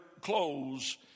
clothes